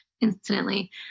incidentally